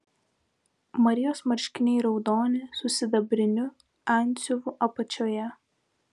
marijos marškiniai raudoni su sidabriniu antsiuvu apačioje